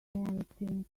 anything